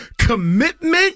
commitment